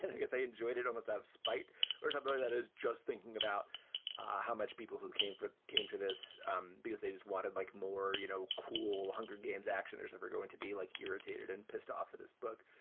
and i guess i enjoyed it almost out of spite or somebody that is just thinking about how much people who came for came to this um because they just wanted, like, more, you know, cool hunger games action. there's never going to be, like, irritated and pissed off of this book.